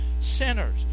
sinners